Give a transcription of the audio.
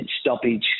stoppage